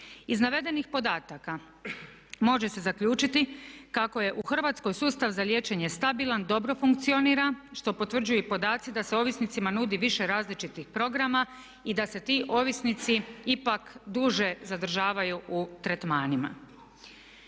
Iz navedenih podataka može se zaključiti kako je u Hrvatskoj sustav za liječenje stabilan, dobro funkcionira što potvrđuju i podaci da se ovisnicima nudi više različitih programa i da se ti ovisnici ipak duže zadržavaju u tretmanima.